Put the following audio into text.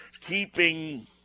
keeping